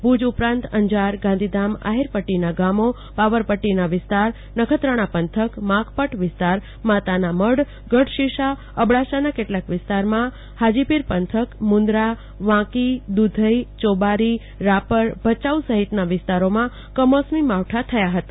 ભુજ ઉપરાંત અંજારગાંધીધામઆહીર પદ્દીના ગામો પાવર પદ્દીના વિસ્તાર નખત્રાણા પંથકમાકપટ વિસ્તારમાતાના મઢ ગઢશીશા અબડાસાના કેટલાક વિસ્તારમાં હાજીપીર પંથક મું દરાવાંકીદુ ધઈચોબારીરાપરભચાઉ સહિતના વિસ્તારોમાં કમોસમી માવઠા થયા હતા